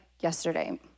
yesterday